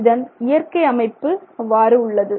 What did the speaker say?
இதன் இயற்கை அமைப்பு அவ்வாறு உள்ளது